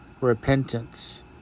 repentance